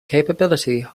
capability